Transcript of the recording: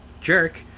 jerk